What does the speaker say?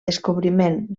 descobriment